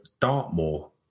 Dartmoor